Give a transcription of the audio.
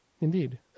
indeed